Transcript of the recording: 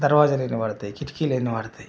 దర్వాజాలు ఎన్ని పడతాయి కిటికీలు ఎన్ని పడతాయి